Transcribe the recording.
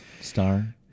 Star